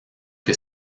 que